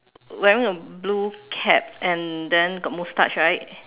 wearing a blue cap and then got mustache right